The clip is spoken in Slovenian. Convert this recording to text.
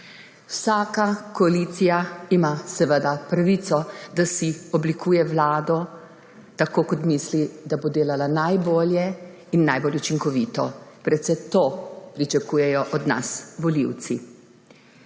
Vsaka koalicija ima seveda pravico, da si oblikuje vlado tako, kot misli, da bo delala najbolje in najbolj učinkovito. Predvsem to pričakujejo od nas volivci.